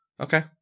Okay